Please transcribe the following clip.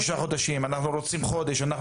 כל הדברים האלה